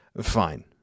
Fine